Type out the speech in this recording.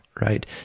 right